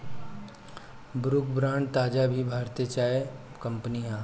Brooke Bond ताज़ा भी भारतीय चाय कंपनी हअ